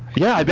yeah, but